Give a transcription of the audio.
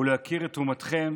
ולהכיר את תרומתכם